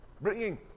bringing